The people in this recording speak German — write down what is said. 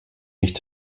nicht